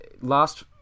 last